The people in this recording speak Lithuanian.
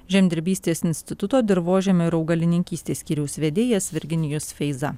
žemdirbystės instituto dirvožemio ir augalininkystės skyriaus vedėjas virginijus feiza